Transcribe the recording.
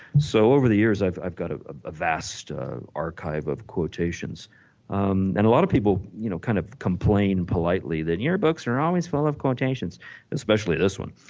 so over the years i've i've got ah a vast archive of quotations and a lot of people you know kind of complain politely that your books are always full of quotations especially this one.